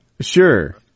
Sure